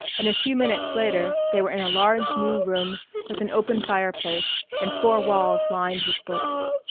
and a few minutes later they were in a large new room with an open fireplace and four walls lined with books.